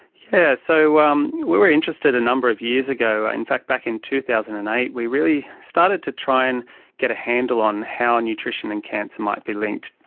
yeah so um we were interested a number of years ago, in fact back in two thousand and eight we really started to try and get a handle on how nutrition and cancer might be linked.